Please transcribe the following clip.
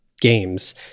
games